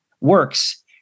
works